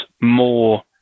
more